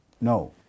No